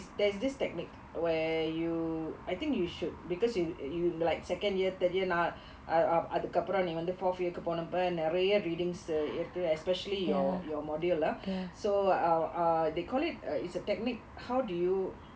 there's this technique where you I think you should because you you like second year third year now uh uh அதுக்கு அப்புறம் நீ வந்து:athukku appuram nee vanthu fourth year போனப்ப உனக்கு வந்து நிறைய:ponappa unakku vanthu niraiya readings இருக்கு:irukku especially your your module ah so uh uh they call it a it's a technique how do you